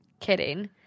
Kidding